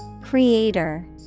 Creator